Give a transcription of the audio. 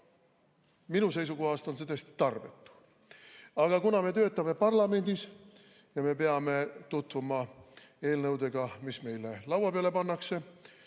minu seisukohast on see täiesti tarbetu. Aga kuna me töötame parlamendis ja me peame tutvuma eelnõudega, mis meile laua peale pannakse,